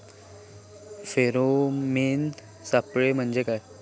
Pheromone सापळे म्हंजे काय?